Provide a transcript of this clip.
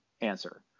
answer